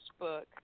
Facebook